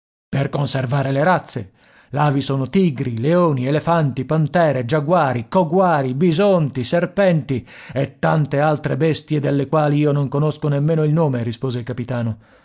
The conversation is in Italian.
per conservare le razze là vi sono tigri leoni elefanti pantere giaguari coguari bisonti serpenti e tante altre bestie delle quali io non conosco nemmeno il nome rispose il capitano